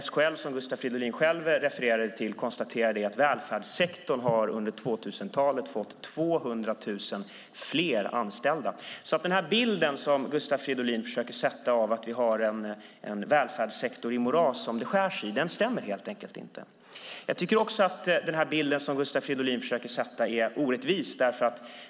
SKL, som Gustav Fridolin själv refererade till, har konstaterat att välfärdssektorn under 2000-talet har fått 200 000 fler anställda. Den bild av en välfärdssektor i moras som Gustav Fridolin försöker måla upp stämmer inte. Jag tycker att den bild som Gustav Fridolin försöker måla upp är orättvis.